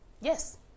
Yes